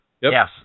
Yes